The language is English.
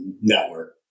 network